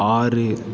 ஆறு